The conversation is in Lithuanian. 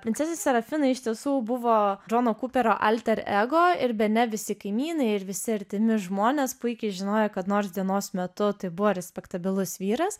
princesė serafina iš tiesų buvo džono kuperio alter ego ir bene visi kaimynai ir visi artimi žmonės puikiai žinojo kad nors dienos metu tai buvo respektabilus vyras